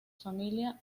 familia